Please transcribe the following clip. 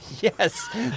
Yes